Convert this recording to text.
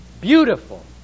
beautiful